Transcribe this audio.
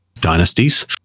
dynasties